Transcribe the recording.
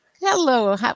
Hello